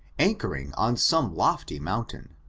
anchoring on some lofty mountain,